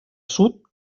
sud